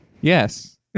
Yes